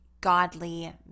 godly